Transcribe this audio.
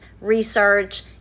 research